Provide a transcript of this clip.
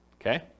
Okay